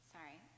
Sorry